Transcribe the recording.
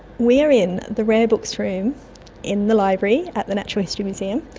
we are in the rare books room in the library at the natural history museum,